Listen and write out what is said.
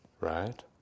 Right